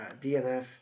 DNF